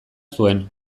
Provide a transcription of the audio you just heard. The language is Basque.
zuen